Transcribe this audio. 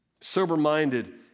Sober-minded